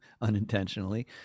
unintentionally